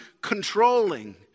controlling